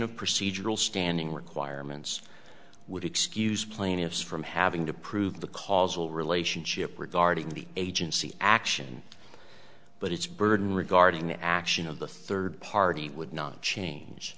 of procedural standing requirements would excuse plaintiffs from having to prove the causal relationship regarding the agency action but its burden regarding the action of the third party would not change